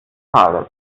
tales